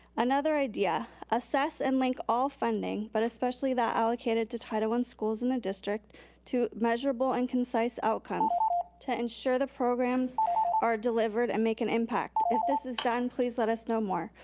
another idea assess and link all funding, but especially that allocated to title i and schools in the district to measurable and concise outcomes to ensure the programs are delivered and make an impact. if this is done, please let us know more.